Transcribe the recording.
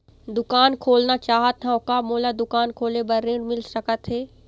दुकान खोलना चाहत हाव, का मोला दुकान खोले बर ऋण मिल सकत हे?